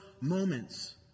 moments